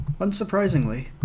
unsurprisingly